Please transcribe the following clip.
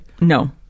No